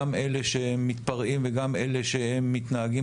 גם לאלה שמתפרעים וגם אלה שהם מתנהגים